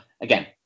again